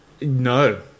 No